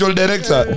director